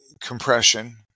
compression